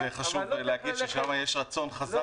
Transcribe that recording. אבל לא צריך ללכת --- וחשוב להגיד ששם יש רצון חזק מאוד.